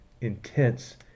intense